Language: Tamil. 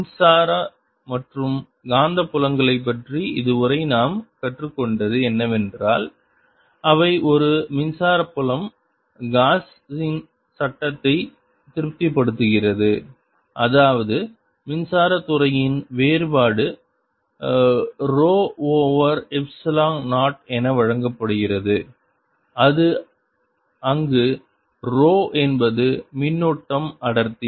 மின்சார மற்றும் காந்தப்புலங்களைப் பற்றி இதுவரை நாம் கற்றுக்கொண்டது என்னவென்றால் அவை ஒரு மின்சார புலம் காஸின் சட்டத்தை திருப்திப்படுத்துகிறது அதாவது மின்சாரத் துறையின் வேறுபாடு ரோ ஓவர் எப்சிலோன் 0 என வழங்கப்படுகிறது அங்கு ரோ என்பது மின்னூட்டம் அடர்த்தி